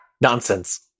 Nonsense